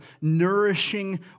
nourishing